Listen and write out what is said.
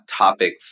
topic